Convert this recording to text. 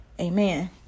Amen